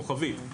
כוכבית,